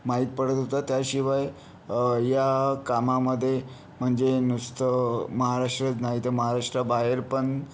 माहीत पडत होता त्याशिवाय या कामामध्ये म्हणजे नुसतं महाराष्ट्रच नाही तर महाराष्ट्राबाहेर पण